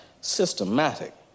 systematic